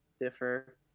differ